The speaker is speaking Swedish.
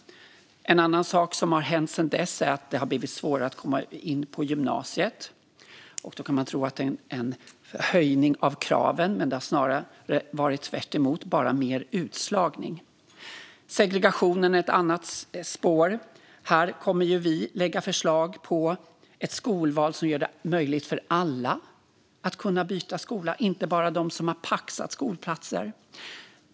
En annan sak som har hänt sedan dess är att det har blivit svårare att komma in på gymnasiet. Då kan man tro att det är en höjning av kraven, men det har snarare varit tvärtemot, bara mer utslagning. Segregationen är ett annat spår. Här kommer vi att lägga fram förslag om ett skolval som gör det möjligt för alla att byta skola, inte bara de som har paxat skolplatser.